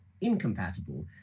incompatible